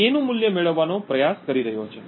નું મૂલ્ય મેળવવાનો પ્રયાસ કરી રહ્યો છે